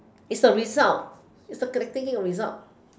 is the result is a we take it as result